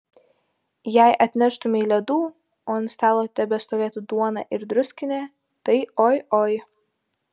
jei atneštumei ledų o ant stalo tebestovėtų duona ir druskinė tai oi oi